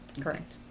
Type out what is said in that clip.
Correct